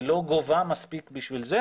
היא לא גובה מספיק בשביל זה,